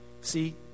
See